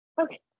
Okay